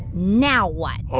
now what?